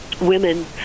women